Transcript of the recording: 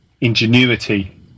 ingenuity